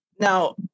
Now